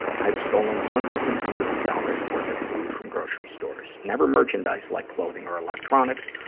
i've stolen hundreds and hundreds of dollars' worth of food from grocery stores, never merchandise, like clothing or electronics,